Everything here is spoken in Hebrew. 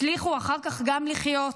הצליחו אחר כך גם לחיות,